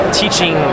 teaching